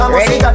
Ready